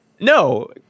No